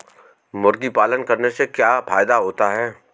मुर्गी पालन करने से क्या फायदा होता है?